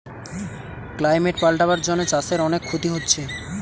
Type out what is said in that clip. climate পাল্টাবার জন্যে চাষের অনেক ক্ষতি হচ্ছে